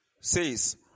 says